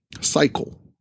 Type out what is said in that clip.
cycle